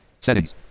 settings